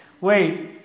wait